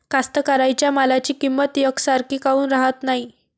कास्तकाराइच्या मालाची किंमत यकसारखी काऊन राहत नाई?